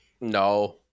No